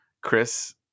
Chris